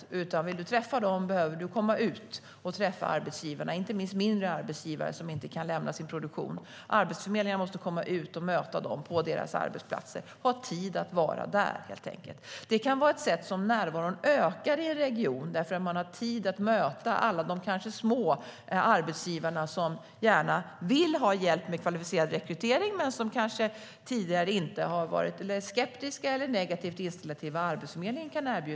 Om Arbetsförmedlingen vill träffa arbetsgivarna behöver man komma ut och träffa dem. Det gäller inte minst mindre arbetsgivare som inte kan lämna sin produktion. Arbetsförmedlingen måste komma ut och möta dem på deras arbetsplatser och helt enkelt ha tid att vara där. Det kan vara ett sätt att öka närvaron i en region eftersom man har tid att möta alla de små arbetsgivare som gärna vill ha hjälp med kvalificerad rekrytering men som kanske sedan tidigare är skeptiska eller negativt inställda till vad Arbetsförmedlingen kan erbjuda.